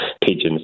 pigeons